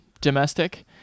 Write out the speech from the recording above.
domestic